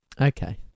Okay